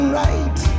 right